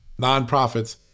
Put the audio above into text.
nonprofits